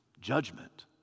judgment